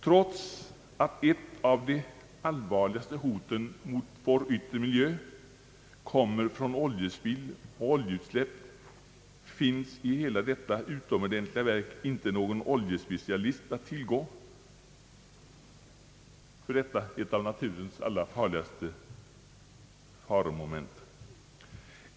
Trots att ett av de allvarligaste hoten mot vår yttre miljö kommer från oljespill och oljeutsläpp finns i hela detta utomordentliga verk inte nå gon oljespecialist att tillgå för ett av naturens allra största faromoment.